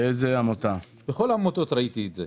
בכל העמותות ראיתי את זה.